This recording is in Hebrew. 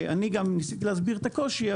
אני גם ניסיתי להסביר את הקושי,